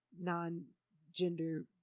non-gender